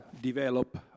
develop